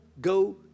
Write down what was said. go